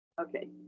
Okay